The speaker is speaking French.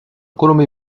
colombie